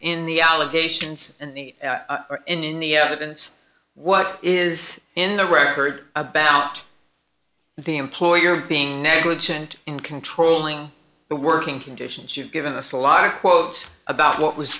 in the allegations and in the evidence what is in the record about the employer being negligent in controlling the working conditions you've given us a lot of quotes about what was